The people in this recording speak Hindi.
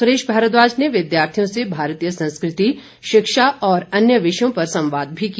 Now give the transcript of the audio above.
सुरेश भारद्वाज ने विद्यार्थियों से भारतीय संस्कृति शिक्षा और अन्य विषयों पर संवाद भी किया